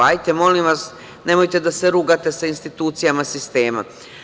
Hajde, molim vas, nemojte da se rugate sa institucijama sistema.